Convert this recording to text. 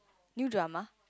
new drama